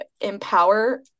empower